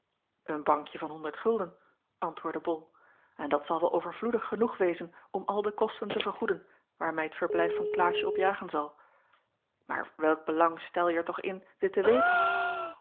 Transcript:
een bankje van honderd gulden antwoordde bol en dat zal wel overvloedig genoeg wezen om al de kosten te vergoeden waar mij t verblijf van klaasje op jagen zal maar welk belang stelje er toch in dit te weten